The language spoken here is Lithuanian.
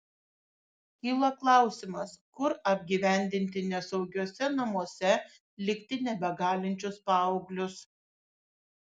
kyla klausimas kur apgyvendinti nesaugiuose namuose likti nebegalinčius paauglius